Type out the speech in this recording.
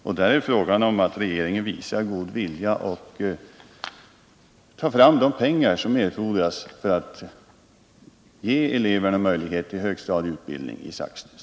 Och där gäller det att regeringen visar god vilja och tar fram de pengar som erfordras för att ge eleverna möjligheter till högstadieutbildning i Saxnäs.